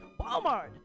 Walmart